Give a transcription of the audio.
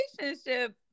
relationship